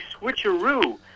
switcheroo